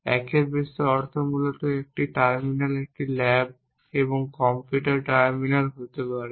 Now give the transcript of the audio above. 1 এর বেশি অর্থ মূলত একটি টার্মিনাল একটি ল্যাব এবং কম্পিউটার টার্মিনাল হতে পারে